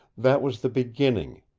that was the beginning,